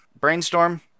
brainstorm